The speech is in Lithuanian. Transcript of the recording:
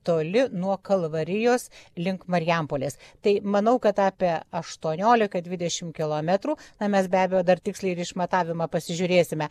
toli nuo kalvarijos link marijampolės tai manau kad apie aštuoniolika dvidešim kilometrų na mes be abejo dar tiksliai ir išmatavimą pasižiūrėsime